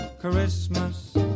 christmas